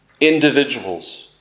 individuals